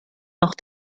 noch